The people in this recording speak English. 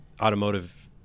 automotive